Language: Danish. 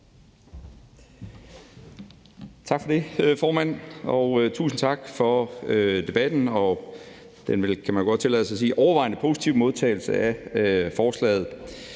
Tak for det, formand, og tusind tak for debatten og den – det kan man vel godt tillade sig at sige – overvejende positive modtagelse af forslaget.